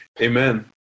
Amen